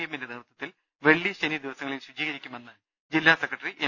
എമ്മിന്റെ നേതൃത്വത്തിൽ വെള്ളി ശനി ദിവസങ്ങലിൽ ശുചീകരിക്കുമെന്ന് ജില്ലാ സെക്ര ട്ടറി എം